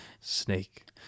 Snake